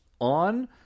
on